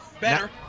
Better